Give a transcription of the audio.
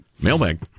Mailbag